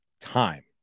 time